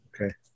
Okay